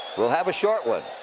will have a short one.